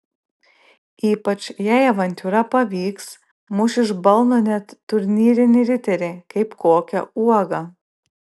ypač jei avantiūra pavyks muš iš balno net turnyrinį riterį kaip kokią uogą